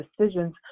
Decisions